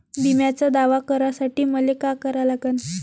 बिम्याचा दावा करा साठी मले का करा लागन?